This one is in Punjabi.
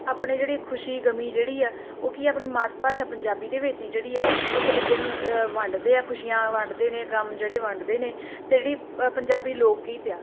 ਆਪਣੇ ਜਿਹੜੇ ਖੁਸ਼ੀ ਗਮੀ ਜਿਹੜੀ ਆ ਉਹ ਕੀ ਆਪਣੀ ਮਾਤ ਭਾਸ਼ਾ ਪੰਜਾਬੀ ਦੇ ਵਿੱਚ ਹੀ ਜਿਹੜੀ ਆ ਇੱਕ ਦੂਜੇ ਨੂੰ ਵੰਡਦੇ ਆ ਖੁਸ਼ੀਆਂ ਵੰਡਦੇ ਨੇ ਗਮ ਜਿਹੜੇ ਵੰਡਦੇ ਨੇ ਅਤੇ ਜਿਹੜੀ ਅ ਪੰਜਾਬੀ ਲੋਕ ਗੀਤ ਆ